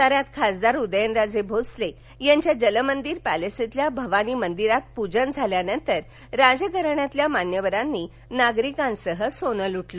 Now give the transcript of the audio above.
साताऱ्यात खासदार उदयनराजे भोसले यांच्या जलमदिर पैलेस येथील भवानी मंदिरात पूजन झाल्यानंतर राजघराण्यतील मान्यवरांनी नागरिकांसह सोनं लुटलं